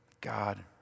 God